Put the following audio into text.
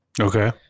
Okay